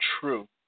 true